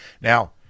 Now